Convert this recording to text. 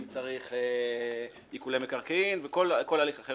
אם צריך עיקולי מקרקעין או כל הליך אחר